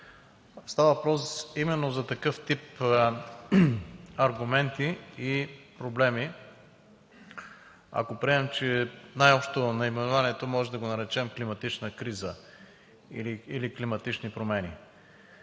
Става въпрос именно за такъв тип аргументи и проблеми, ако приемем, че най-общо наименованието можем да го наречем климатична криза или климатични промени.